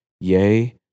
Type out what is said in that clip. Yea